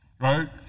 right